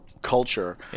Culture